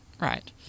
Right